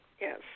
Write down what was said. Yes